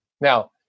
Now